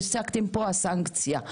והשגתם פה סנקציה.